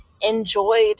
enjoyed